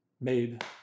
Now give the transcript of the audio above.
made